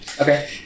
Okay